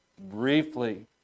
briefly